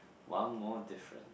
one more difference